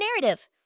narrative